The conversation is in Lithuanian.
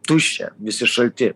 tuščia visi šalti